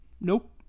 Nope